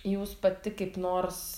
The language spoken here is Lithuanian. jūs pati kaip nors